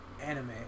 anime